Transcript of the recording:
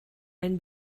ein